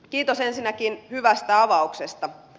kiitos ensinnäkin hyvästä avauksesta